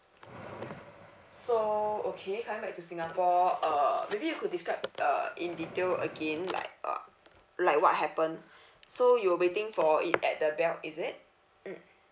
so okay coming back to singapore uh maybe you could describe uh in detail again like uh like what happened so you waiting for it at the belt is it mmhmm